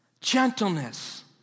Gentleness